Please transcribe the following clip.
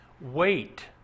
Wait